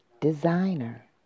designer